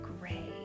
gray